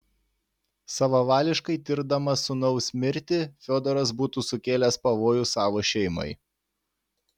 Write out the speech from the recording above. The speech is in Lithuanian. savavališkai tirdamas sūnaus mirtį fiodoras būtų sukėlęs pavojų savo šeimai